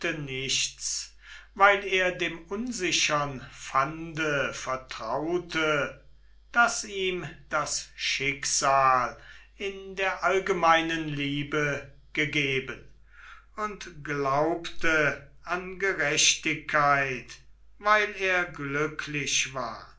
nichts weil er dem unsichern pfande vertraute das ihm das schicksal in der allgemeinen liebe gegeben und glaubte an gerechtigkeit weil er glücklich war